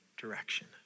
direction